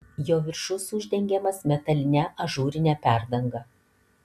jo viršus uždengiamas metaline ažūrine perdanga